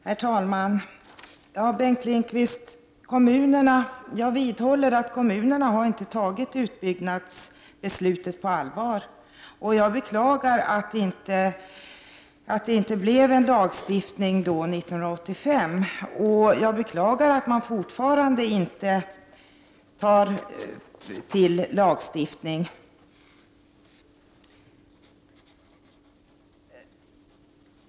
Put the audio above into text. Herr talman! Jag vidhåller, Bengt Lindqvist, att kommunerna inte har tagit utbyggnadsbeslutet på allvar. Jag beklagar att det inte blev en lagstiftning 1985. Jag beklagar att man fortfarande inte tar till lagstiftning.